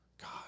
God